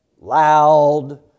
loud